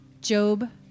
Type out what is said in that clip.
Job